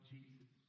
Jesus